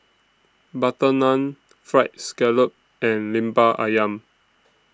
Butter Naan Fried Scallop and Lemper Ayam